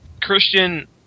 Christian